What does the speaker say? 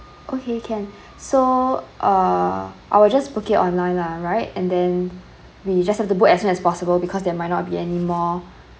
okay can so uh I will just book it online lah right and then we just have to book as soon as possible because there might not be anymore